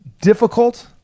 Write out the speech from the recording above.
difficult